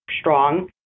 strong